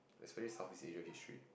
especially Southeast-Asia history